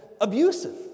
abusive